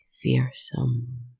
fearsome